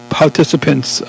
participants